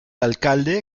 alcalde